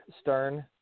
Stern